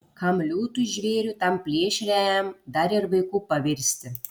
kam liūtui žvėriui tam plėšriajam dar ir vaiku pavirsti